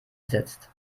gesetzt